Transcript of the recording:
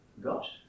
got